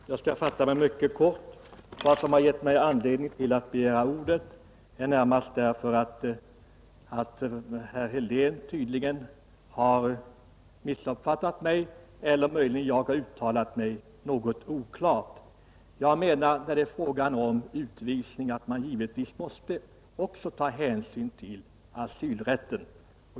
Fru talman! Jag skall fatta mig mycket kort. Vad som gett mig anledning att begära ordet är närmast att herr Helén tydligen har missuppfattat mig eller möjligen jag har uttalat mig något oklart. Jag menar när det är fråga om utvisning att man givetvis också måste ta hänsyn till asylrätten.